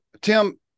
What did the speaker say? tim